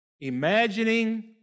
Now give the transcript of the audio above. Imagining